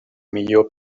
millor